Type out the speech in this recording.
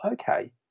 Okay